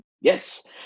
Yes